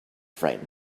frighten